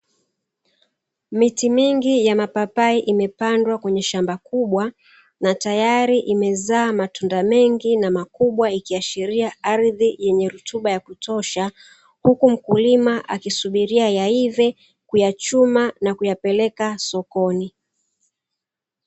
Miti mingi ya mapapai imepandwa kwenye shamba kubwa, na tayari imezaa matunda mengi na makubwa ikiashiria ardhi yenye rutuba ya kutosha, huku mkulima akiyasubiria yaive, kuyachuma na kuyapeleka sokoni.